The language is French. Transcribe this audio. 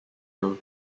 nom